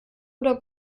oder